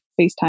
FaceTime